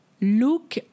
look